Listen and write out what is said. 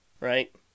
right